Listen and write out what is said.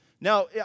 Now